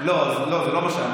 לא, זה לא מה שאמרתי.